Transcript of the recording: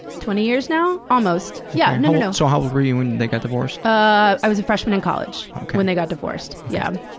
twenty years now? almost. yeah, no, no, no. so how old were you when they got divorced? but i was a freshman in college when they got divorced, yeah.